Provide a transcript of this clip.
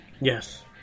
Yes